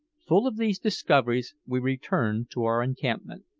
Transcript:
full of these discoveries, we returned to our encampment.